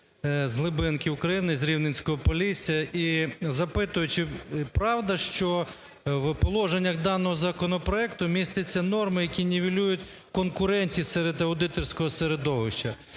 з глибинки України, з Рівненського Полісся і запитують, чи правда, що в положеннях даного законопроекту містяться норми, які нівелюють конкурентність серед аудиторського середовища?